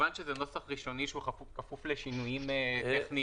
כמובן שזה נוסח ראשוני שכפוף לשינויים טכניים.